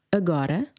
agora